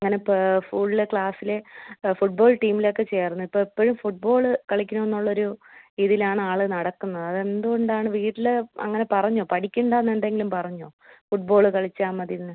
അങ്ങനെ ഇപ്പോൾ ഫുള്ള് ക്ലാസ്സിൽ ഫുട്ബോൾ ടീമിലൊക്കെ ചേർന്ന് ഇപ്പോൾ എപ്പോഴും ഫുട്ബോള് കളിക്കണമെന്നുള്ളൊരു ഇതിലാണ് ആൾ നടക്കുന്നത് അത് എന്ത് കൊണ്ടാണ് വീട്ടിൽ അങ്ങനെ പറഞ്ഞോ പഠിക്കണ്ടാന്ന് എന്തെങ്കിലും പറഞ്ഞോ ഫുട്ബോള് കളിച്ചാൽ മതീന്ന്